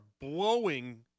blowing